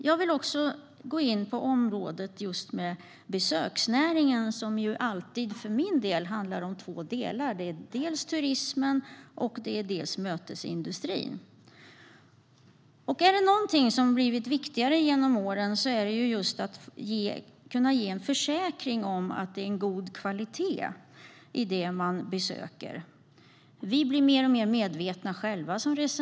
Jag vill också gå in på besöksnäringen, som för min del alltid har två delar: dels turismen, dels mötesindustrin. Är det något som blivit viktigare genom åren är det just att man kan försäkra sig om att det är god kvalitet i det man besöker. Vi blir som resenärer mer och mer medvetna.